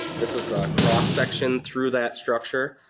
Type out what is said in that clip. this is a cross section through that structure.